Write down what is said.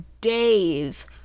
days